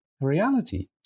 reality